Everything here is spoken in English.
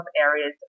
areas